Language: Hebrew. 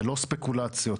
ולא ספקולציות.